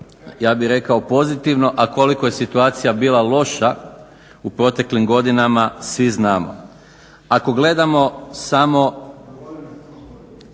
ja bih rekao pozitivno, a koliko je situacija bila loša u proteklim godinama svi znamo. Ako gledamo samo,